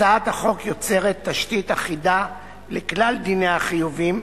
הצעת החוק יוצרת תשתית אחידה לכלל דיני החיובים,